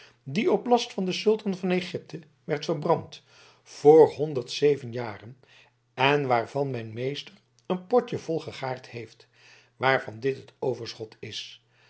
die op last van den sultan van egypte werd verbrand voor honderd zeven jaren en waarvan mijn meester een potje vol gegaard heeft waarvan dit het overschot is